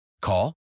Call